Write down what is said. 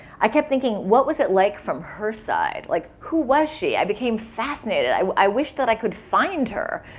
i kept thinking, what was it like from her side? like, who was she? i became fascinated. i i wish that i could find her.